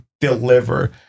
deliver